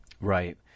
Right